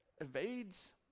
evades